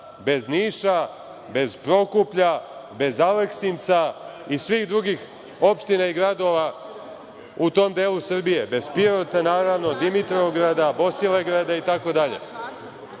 bez Niša, bez Prokuplja, bez Aleksinca i svih drugih opština i gradova u tom delu Srbije, bez Pirota, naravno, Dimitrovgrada, Bosilegrada itd. Vi,